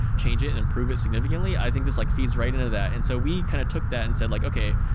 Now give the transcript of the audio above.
change it and improve it significantly. i think this like feeds right into that. and so we kind of took that and said like, okay.